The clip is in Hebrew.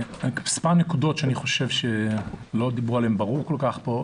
כמה נקודות שאני חושב שלא דיברו עליהם ברור כל כך פה.